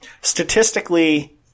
Statistically